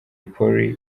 polly